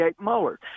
Mueller